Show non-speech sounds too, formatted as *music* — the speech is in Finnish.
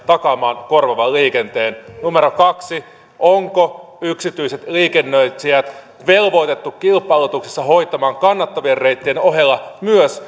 takaamaan korvaavan liikenteen numero kaksi onko yksityiset liikennöitsijät velvoitettu kilpailutuksissa hoitamaan kannattavien reittien ohella myös *unintelligible*